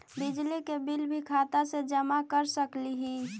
बिजली के बिल भी खाता से जमा कर सकली ही?